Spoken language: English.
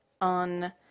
on